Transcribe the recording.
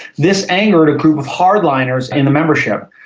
this angered a group of hardliners in the membership,